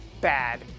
bad